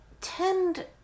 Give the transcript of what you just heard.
tend